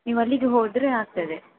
ನೀವು ಅಲ್ಲಿಗೆ ಹೋದರೆ ಆಗ್ತದೆ